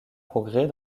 progrès